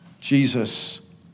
Jesus